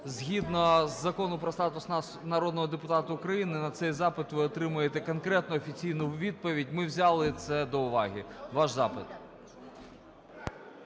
згідно Закону "Про статус народного депутата України" на цей запит ви отримаєте конкретну офіційну відповідь. Ми взяли це до уваги, ваш запит.